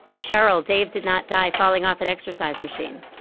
sheryl, dave did not die falling off an exercise machine.